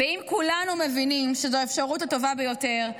ואם כולנו מבינים שזו האפשרות הטובה ביותר,